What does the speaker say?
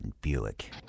Buick